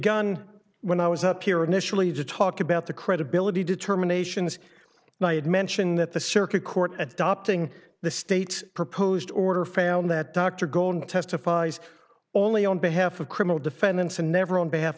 gun when i was up here initially to talk about the credibility determinations and i had mentioned that the circuit court adopting the state's proposed order found that dr goldman testifies only on behalf of criminal defendants and never on behalf